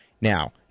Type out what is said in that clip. now